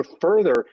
further